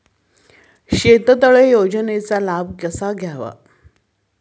शेततळे योजनेचा लाभ कसा घ्यावा?